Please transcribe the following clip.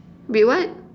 wait what